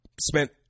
spent